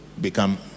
become